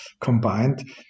combined